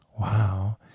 Wow